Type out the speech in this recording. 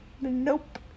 Nope